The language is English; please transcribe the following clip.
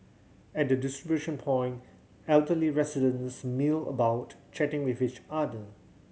at the distribution point elderly residents mill about chatting with each other